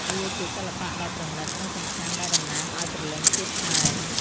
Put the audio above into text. វាជាសិល្បៈដ៏ប្រណិត និងសំខាន់ដែលតំណាងឱ្យព្រលឹងជាតិខ្មែរ។